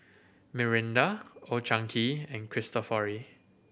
Mirinda Old Chang Kee and Cristofori